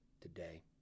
today